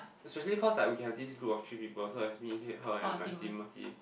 especially cause like we have this group of three people so like me me her and Timothy